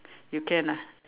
you can ah